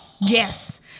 Yes